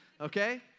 Okay